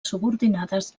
subordinades